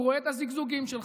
הוא רואה את הזגזוגים שלך.